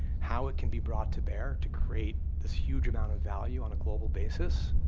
how it can be brought to bear, to create this huge amount of value on a global basis,